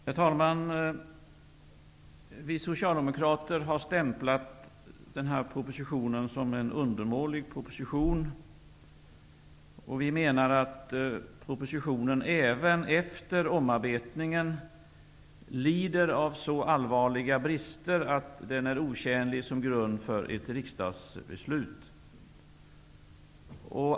Herr talman! Vi socialdemokrater har stämplat denna proposition såsom en undermålig proposition. Vi menar att propositionen även efter omarbetningen lider av så allvarliga brister att den är otjänlig såsom grund för ett riksdagsbeslut.